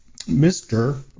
Mr